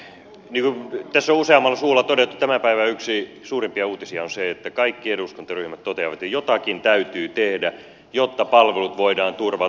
niin kuin tässä on useammalla suulla todettu tämän päivän yksi suurimpia uutisia on se minkä kaikki eduskuntaryhmät toteavat että jotakin täytyy tehdä jotta palvelut voidaan turvata